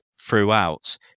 throughout